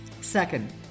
Second